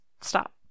stop